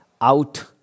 out